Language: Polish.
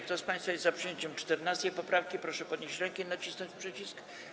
Kto z państwa jest za przyjęciem 14. poprawki, proszę podnieść rękę i nacisnąć przycisk.